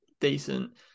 decent